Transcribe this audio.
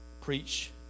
preach